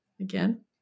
again